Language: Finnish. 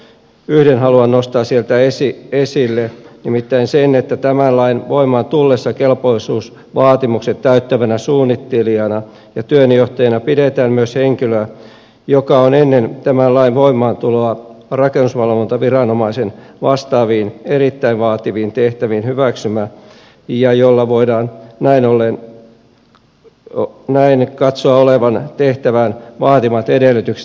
yhden haluan nostaa sieltä esille nimittäin sen että tämän lain voimaan tullessa kelpoisuusvaatimukset täyttävänä suunnittelijana ja työnjohtajana pidetään myös henkilöä joka on ennen tämän lain voimaantuloa rakennusvalvontaviranomaisen vastaaviin erittäin vaativiin tehtäviin hyväksymä ja jolla voidaan näin katsoa olevan tehtävän vaatimat edellytykset